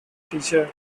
teacher